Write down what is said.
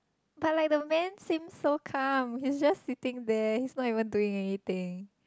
but like the man seems so calm he is just sitting there he is not even doing anything